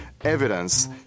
evidence